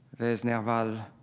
there is nerval